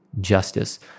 justice